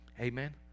Amen